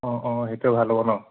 অঁ অঁ সেইটোও ভাল হ'ব ন